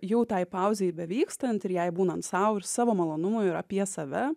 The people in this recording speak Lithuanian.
jau tai pauzei bevykstant ir jai būnant sau ir savo malonumui ir apie save